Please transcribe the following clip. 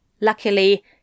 Luckily